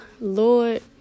Lord